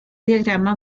diagrama